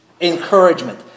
encouragement